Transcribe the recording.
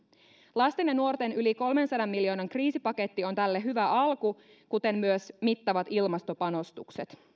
lasten ja nuorten yli kolmensadan miljoonan kriisipaketti on tälle hyvä alku kuten myös mittavat ilmastopanostukset